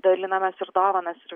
dalinam mes ir dovanas ir